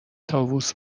طاووس